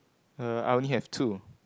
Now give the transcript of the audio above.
uh I only have two